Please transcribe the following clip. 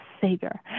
Savior